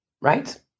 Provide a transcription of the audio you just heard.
right